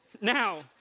Now